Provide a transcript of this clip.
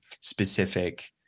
specific